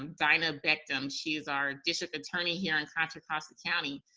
um dinah beckham she's our district attorney here in contra costa county.